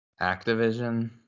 Activision